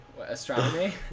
Astronomy